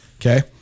Okay